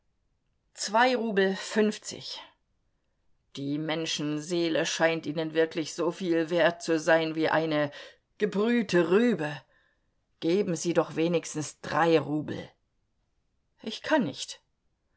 zwei rubel fünfzig die menschenseele scheint ihnen wirklich so viel wert zu sein wie eine gebrühte rübe geben sie doch wenigstens drei rubel ich kann nicht